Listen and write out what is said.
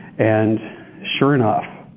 and sure enough.